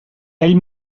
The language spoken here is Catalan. ell